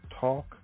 talk